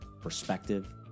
perspective